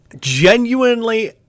genuinely